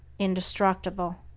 indestructible.